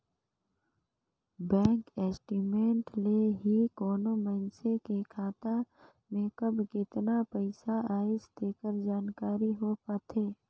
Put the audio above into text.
bank statement ले ही कोनो मइसने के खाता में कब केतना पइसा आइस तेकर जानकारी हो पाथे